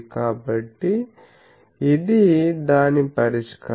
కాబట్టి ఇది దాని పరిష్కారం